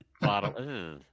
bottle